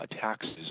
taxes